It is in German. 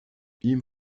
ihm